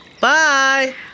Bye